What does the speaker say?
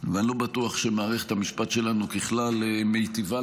ואני לא בטוח שמערכת המשפט שלנו ככלל מיטיבה